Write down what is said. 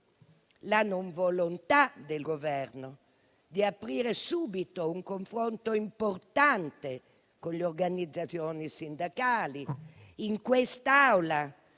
di volontà del Governo di aprire subito un confronto importante con le organizzazioni sindacali e con le